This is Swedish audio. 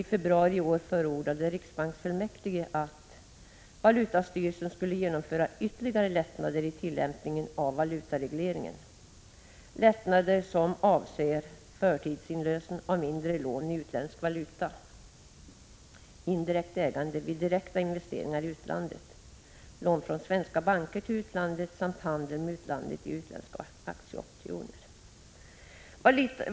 I februari i år förordade riksbanksfullmäktige att valutastyrelsen skulle genomföra ytterligare lättnader i tillämpningen av valutaregleringen, lättnader som avser förtidsinlösen av mindre lån i utländsk valuta, indirekt ägande vid direkta investeringar i utlandet, lån från svenska banker till utlandet samt handel med utlandet i utländska aktieoptioner.